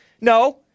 No